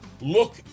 look